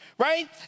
Right